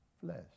flesh